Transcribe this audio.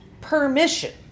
permission